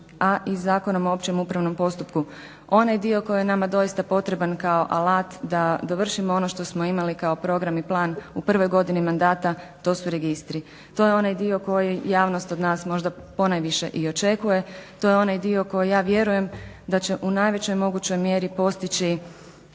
a i Zakonom o općem upravnom postupku. Onaj dio koji je nama doista potreban kao alat da dovršimo ono što smo imali kao program i plan u prvoj godini mandata to su registri, to je onaj dio koji javnost od nas možda ponajviše i očekuje, to je onaj dio koji ja vjerujem da će u najvećoj mogućoj mjeri postići